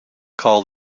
call